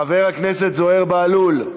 חבר הכנסת זוהיר בהלול,